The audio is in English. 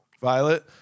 Violet